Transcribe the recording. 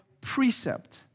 precept